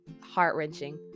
Heart-wrenching